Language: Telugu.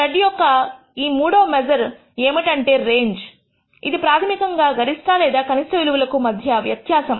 స్ప్రెడ్ యొక్క 3 మూడవ మెజర్ ఏమిటంటే రేంజ్ ఇది ప్రాథమికంగా గరిష్ట కనిష్ట విలువల కు మధ్య వ్యత్యాసం